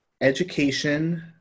education